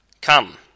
Come